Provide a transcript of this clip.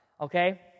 okay